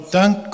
thank